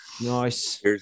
nice